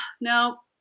no